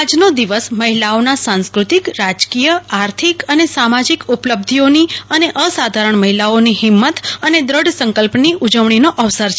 આજનો દિવસ મહિલાઓના સાંસ્ક્રતિક રાજકીય આર્થિક અને સામાજીક ઉપલબ્ધિઓની અને અસાધારણ મહિલાઓની હિંમત અને દ્રઢ સંકલ્પની ઉજવણીનો અવસર છે